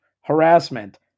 Harassment